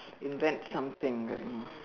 invent something